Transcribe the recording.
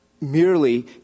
merely